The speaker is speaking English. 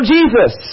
Jesus